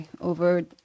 over